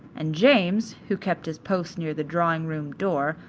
and james who kept his post near the drawing-room door,